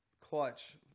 clutch